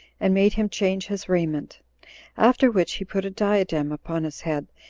and made him change his raiment after which he put a diadem upon his head,